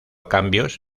cambios